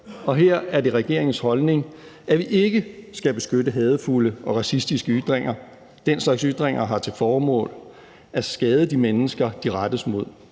Og her er det regeringens holdning, at vi ikke skal beskytte hadefulde og racistiske ytringer. Den slags ytringer har til formål at skade de mennesker, de rettes mod.